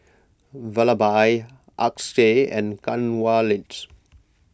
Vallabhbhai Akshay and Kanwaljit